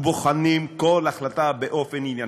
אלא בוחנים כל החלטה באופן ענייני.